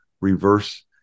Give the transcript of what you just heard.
reverse